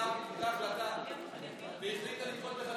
לחקיקה קיבלה החלטה והחליטה לדחות בחצי שנה.